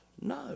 No